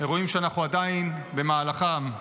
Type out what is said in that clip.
אירועים שאנחנו עדיין במהלכם.